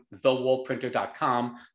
thewallprinter.com